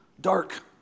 dark